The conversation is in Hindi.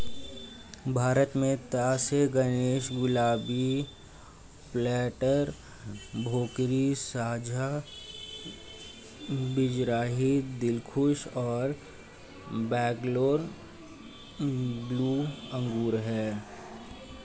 भारत में तास ए गणेश, गुलाबी, पेर्लेट, भोकरी, साझा बीजरहित, दिलखुश और बैंगलोर ब्लू अंगूर हैं